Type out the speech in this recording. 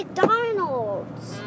McDonald's